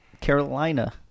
Carolina